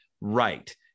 right